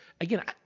again